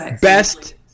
Best